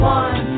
one